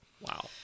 wow